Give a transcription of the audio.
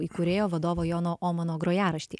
įkūrėjo vadovo jono omano grojaraštį